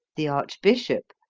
the archbishop,